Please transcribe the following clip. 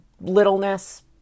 littleness